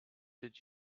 did